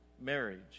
marriage